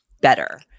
better